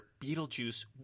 Beetlejuice